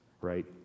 right